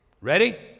Ready